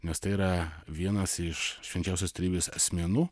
nes tai yra vienas iš švenčiausios trejybės asmenų